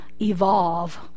evolve